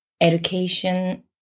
education